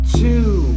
Two